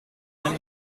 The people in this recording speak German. ein